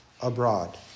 abroad